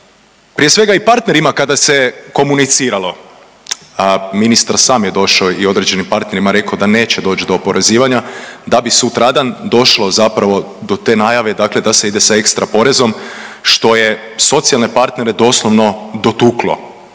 prije svega i partnerima kada se komuniciralo, ministar je sam došao i određenim partnerima rekao da neće doći do oporezivanja da bi sutradan došlo zapravo do te najave dakle da se ide sa ekstra porezom što je socijalne partnere doslovno dotuklo